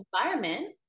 environment